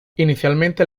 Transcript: inicialmente